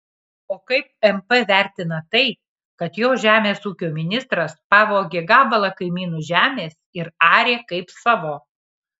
o kaip mp vertina tai kad jo žemės ūkio ministras pavogė gabalą kaimynų žemės ir arė kaip savo